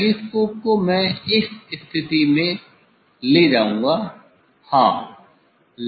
telescope को मैं इस स्थिति में ले जाऊंगा हाँ